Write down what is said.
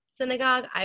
synagogue